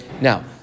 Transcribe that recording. Now